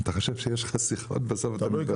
אתה חושב שיש לך שיחות ובסוף לא.